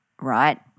right